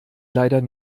leider